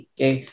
Okay